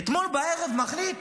אתמול בערב מחליט